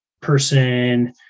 person